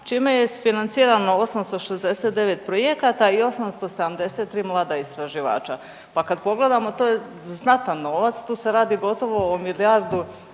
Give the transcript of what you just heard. čime je financirano 869 projekata i 873 mlada istraživača. Pa kad pogledamo to je znatan novac tu se radi gotovo o milijardu